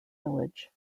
village